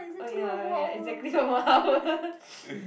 oh ya ya exactly one more hour